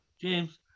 James